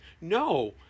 no